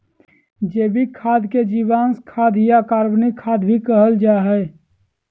जैविक खाद के जीवांश खाद या कार्बनिक खाद भी कहल जा हइ